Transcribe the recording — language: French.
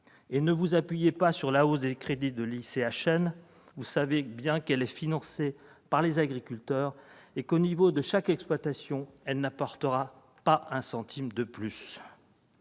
? Ne vous appuyez pas sur la hausse des crédits de l'ICHN, car vous savez bien qu'elle est financée par les agriculteurs et qu'au niveau de chaque exploitation elle n'apportera pas un centime de plus.